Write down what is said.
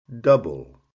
Double